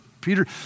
Peter